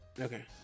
Okay